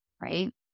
right